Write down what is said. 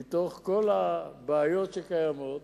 מכל הבעיות שקיימות,